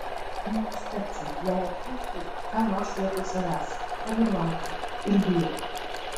nenustebčiau jei atsiųstų ką nors vietoj savęs tad ir laukiu ir bijau